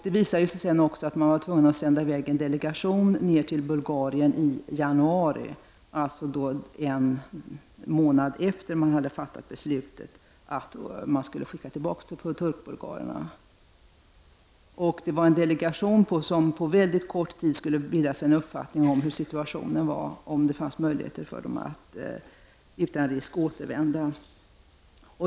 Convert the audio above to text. Det visade sig sedan att man var tvungen att i januari sända en delegation till Bulgarien. Detta skedde alltså en månad efter det att man hade fattat beslut om att skicka tillbaka turkbulgarerna. Denna delegation skulle på mycket kort tid bilda sig en uppfattning om situationen och om det fanns möjlighet för turkbulgarerna att utan risk återvända.